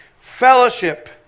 Fellowship